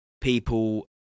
people